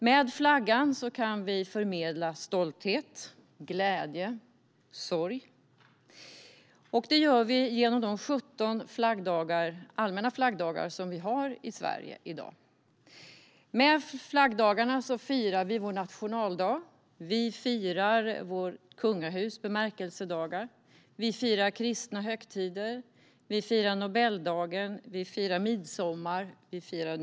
Med flaggan kan vi förmedla stolthet, glädje och sorg. Detta gör vi genom de 17 allmänna flaggdagar som vi har i Sverige i dag. Med flaggdagarna firar vi vår nationaldag, vårt kungahus bemärkelsedagar, kristna högtider, Nobeldagen, midsommar och nyår.